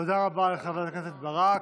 תודה רבה לחברת הכנסת ברק.